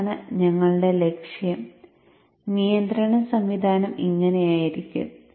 ഇതാണ് ഞങ്ങളുടെ ലക്ഷ്യം നിയന്ത്രണ സംവിധാനം ഇങ്ങനെയായിരിക്കും